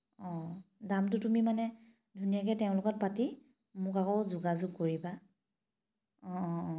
অঁ দামটো তুমি মানে ধুনীয়াকৈ তেওঁৰ লগত পাতি মোক আকৌ যোগাযোগ কৰিবা অঁ অঁ অঁ